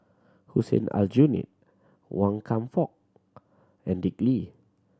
Hussein Aljunied Wan Kam Fook and Dick Lee